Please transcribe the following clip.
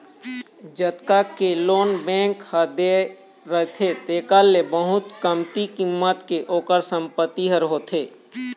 जतका के loan bank ह दे रहिथे तेखर ले बहुत कमती कीमत के ओखर संपत्ति ह होथे